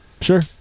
Sure